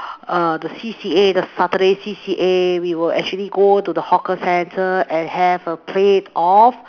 err the C_C_A the Saturday C_C_A we will actually go to the hawker centre and have a plate of